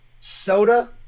Soda